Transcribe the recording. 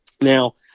Now